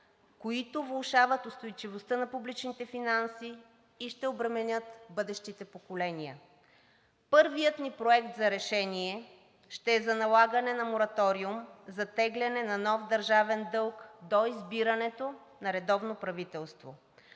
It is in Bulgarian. които влошават устойчивостта на публичните финанси и ще обременят бъдещите поколения. Първият ни проект за решение ще е за налагане на мораториум за теглене на нов държавен дълг до избирането на редовно правителство.